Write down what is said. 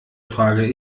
frage